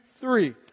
three